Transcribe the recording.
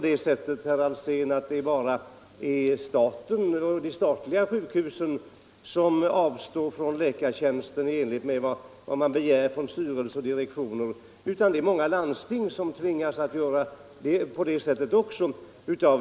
Det är inte bara staten, herr Alsén, som avvisar framställningar om nya läkartjänster, utan även många landsting tvingas av ekonomiska skäl att göra det.